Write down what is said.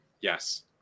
Yes